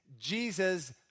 Jesus